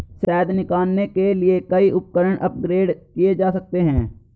शहद निकालने के लिए कई उपकरण अपग्रेड किए जा सकते हैं